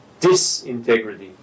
disintegrity